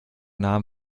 namen